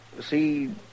see